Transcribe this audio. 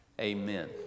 Amen